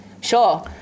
sure